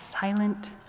silent